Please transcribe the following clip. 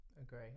agree